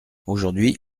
aujourd’hui